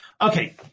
Okay